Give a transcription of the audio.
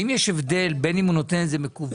האם יש הבדל בין אם הוא נותן את זה מקוון,